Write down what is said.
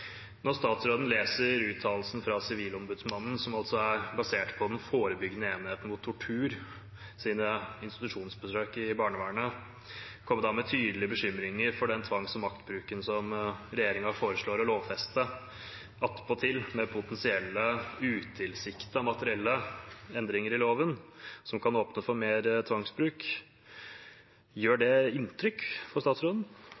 Når statsråden leser uttalelsen fra Sivilombudet, som altså er basert på den forebyggende enheten mot torturs institusjonsbesøk i barnevernet, som kommer med tydelige bekymringer for at den tvangs- og maktbruken som regjeringen foreslår å lovfeste, med potensielle utilsiktede materielle endringer i loven, attpåtil kan åpne for mer tvangsbruk – gjør det inntrykk på statsråden?